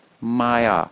maya